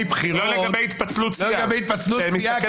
לגבי בחירות --- לא לגבי התפצלות סיעה --- לא לגבי התפצלות סיעה,